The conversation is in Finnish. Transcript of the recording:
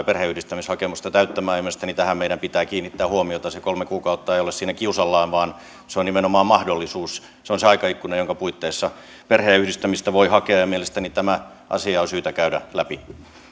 perheenyhdistämishakemusta täyttämään ja mielestäni tähän meidän pitää kiinnittää huomiota se kolme kuukautta ei ole siinä kiusallaan vaan se on nimenomaan mahdollisuus se on se aikaikkuna jonka puitteissa perheenyhdistämistä voi hakea ja mielestäni tämä asia on syytä käydä läpi